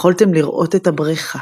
יכלתם לראות את הברכה.